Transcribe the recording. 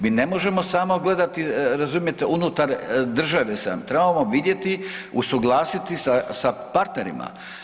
Mi ne možemo samo gledati, razumijete, unutar države samo, trebamo vidjeti, usuglasiti sa, sa partnerima.